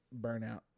burnout